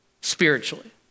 spiritually